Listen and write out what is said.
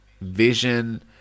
vision